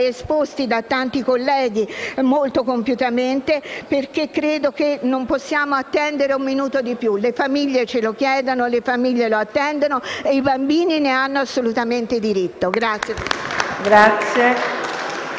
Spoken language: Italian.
esposti da tanti colleghi molto compiutamente, perché credo che non possiamo attendere un minuto di più. Le famiglie ce lo chiedono, le famiglie lo attendono e i bambini ne hanno assolutamente diritto.